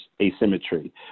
asymmetry